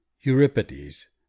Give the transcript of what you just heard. Euripides